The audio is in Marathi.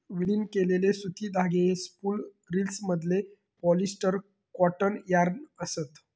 विलीन केलेले सुती धागे हे स्पूल रिल्समधले पॉलिस्टर कॉटन यार्न असत